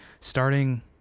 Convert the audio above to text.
starting